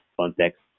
context